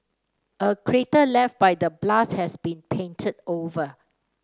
a crater left by the blast has been painted over